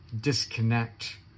disconnect